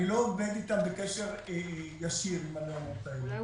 אני לא עובד איתם בקשר ישיר עם המעונות האלה.